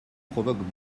provoquent